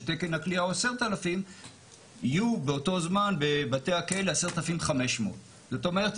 שתקן הכליאה הוא 10,000 יהיו באותו זמן בבתי הכלא 10,500. זאת אומרת,